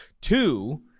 Two